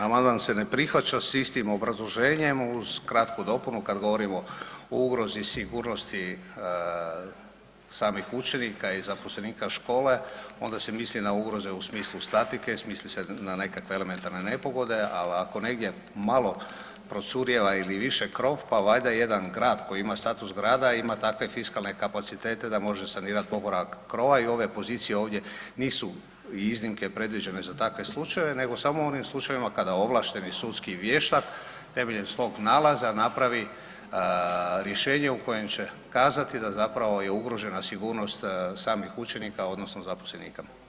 Amandman se ne prihvaća s istim obrazloženjem uz kratku dopunu kad govorimo o ugrozi sigurnosti samih učenika i zaposlenika škole onda se misli na ugroze u smislu statike, misli se na nekakve elementarne nepogode, al ako negdje malo procurijeva ili više krov, pa valjda jedan grad koji ima status grada ima takve fiskalne kapacitete da može sanirat … [[Govornik se ne razumije]] krova i ove pozicije ovdje nisu iznimke predviđene za takve slučajeve nego samo u onim slučajevima kada ovlašteni sudski vještak temeljem svog nalaza napravi rješenje u kojem će kazati da zapravo je ugrožena sigurnost samih učenika odnosno zaposlenika.